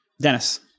Dennis